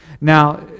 Now